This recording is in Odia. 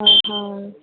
ହଁ ହଉ